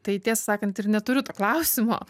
tai tiesą sakant ir neturiu to klausimo